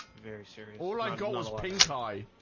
very serious. all i got was pink. i